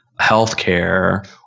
healthcare